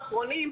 האחרונים,